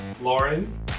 Lauren